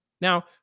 Now